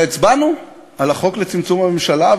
והצבענו על החוק לצמצום הממשלה.